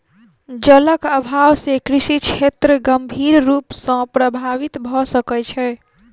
जलक अभाव से कृषि क्षेत्र गंभीर रूप सॅ प्रभावित भ सकै छै